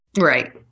Right